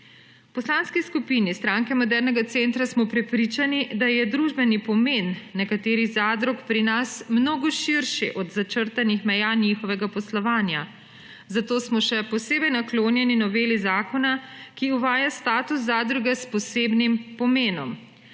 Poslanski skupini Stranke modernega centra smo prepričani, da je družbeni pomen nekaterih zadrug pri nas mnogo širši od začrtanih meja njihovega poslovanja, zato smo še posebej naklonjeni noveli zakona, ki uvaja status zadruge s posebnim pomenom,